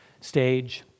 stage